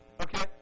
Okay